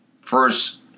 first